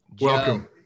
welcome